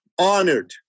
honored